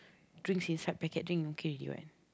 drinks inside packet drinks inside okay already what